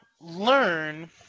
learn